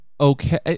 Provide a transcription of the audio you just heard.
okay